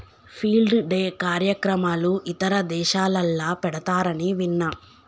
field day కార్యక్రమాలు ఇతర దేశాలల్ల పెడతారని విన్న